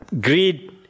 greed